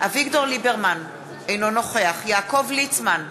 אביגדור ליברמן, אינו נוכח יעקב ליצמן,